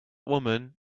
woman